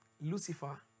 lucifer